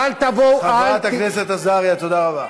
חברת הכנסת עזריה, תודה רבה.